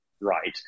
right